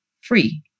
free